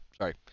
Sorry